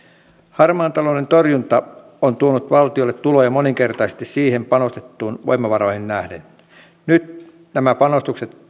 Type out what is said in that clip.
harmaan talouden torjunta on tuonut valtiolle tuloja moninkertaisesti siihen panostettuihin voimavaroihin nähden mutta nyt nämä panostukset